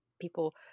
people